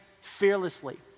fearlessly